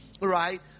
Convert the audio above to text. Right